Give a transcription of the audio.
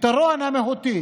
הפתרון המהותי